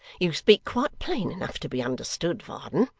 you speak quite plain enough to be understood, varden.